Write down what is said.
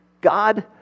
God